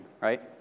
Right